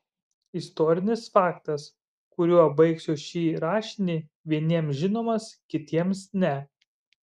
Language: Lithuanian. istorinis faktas kuriuo baigsiu šį rašinį vieniems žinomas kitiems ne